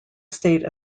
state